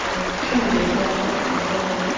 വിദേശയാത്ര കൊണ്ടുപോകാന്